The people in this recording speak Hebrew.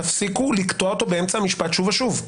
תפסיקו לקטוע אותו באמצע משפט שוב ושוב.